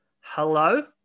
hello